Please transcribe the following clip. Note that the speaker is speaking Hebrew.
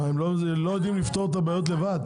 מה, הם לא יודעים לפתור את הבעיות לבד?